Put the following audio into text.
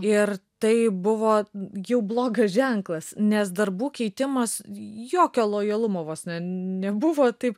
ir tai buvo jau blogas ženklas nes darbų keitimas jokio lojalumo vos ne nebuvo taip